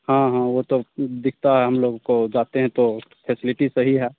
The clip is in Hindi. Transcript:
हाँ हाँ वह तो दिखता है हम लोग को जाते हैं तो फेसलिटी सही है